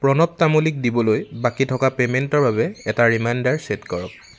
প্ৰণৱ তামুলীক দিবলৈ বাকী থকা পে'মেণ্টৰ বাবে এটা ৰিমাইণ্ডাৰ চে'ট কৰক